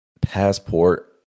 passport